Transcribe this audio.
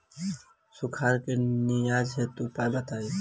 सुखार से निजात हेतु उपाय बताई?